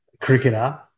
cricketer